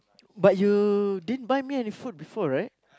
but you didn't buy me any food before right